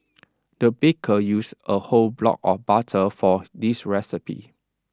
the baker used A whole block of butter for this recipe